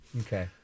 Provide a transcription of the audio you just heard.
Okay